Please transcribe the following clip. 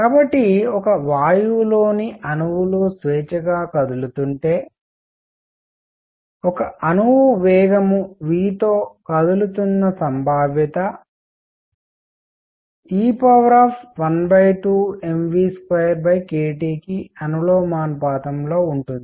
కాబట్టి ఒక వాయువులోని అణువులు స్వేచ్ఛగా కదులుతుంటే ఒక అణువు వేగం v తో కదులుతున్న సంభావ్యత e12mv2kT కి అనులోమానుపాతంలో ఉంటుంది